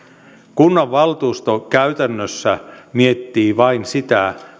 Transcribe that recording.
kunnanvaltuusto ja kunnanhallitus käytännössä miettivät vain sitä